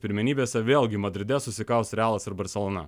pirmenybėse vėlgi madride susikaus realas ir barselona